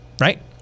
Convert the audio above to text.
right